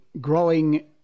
growing